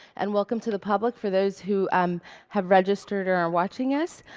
and welcome to the public, for those who um have registered or are watching us.